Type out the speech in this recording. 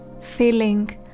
feeling